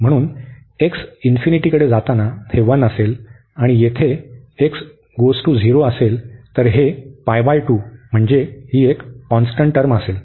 म्हणून x इन्फिनिटीकडे जाताना हे 1 असेल आणि येथे असेल तर हे म्हणजे ही एक कॉन्स्टंट टर्म असेल